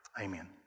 Amen